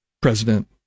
President